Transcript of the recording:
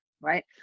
right